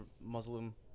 Muslim